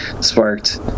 sparked